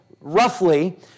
Roughly